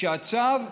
והצו,